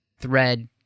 thread